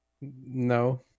No